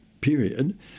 period